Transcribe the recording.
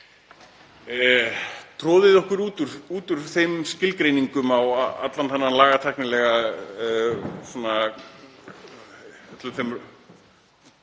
troðið okkur út úr þeim skilgreiningum á allan þennan lagatæknilega —